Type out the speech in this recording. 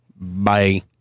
bye